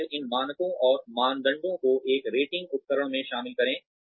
और फिर इन मानकों और मानदंडों को एक रेटिंग उपकरण में शामिल करें